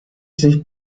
sich